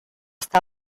está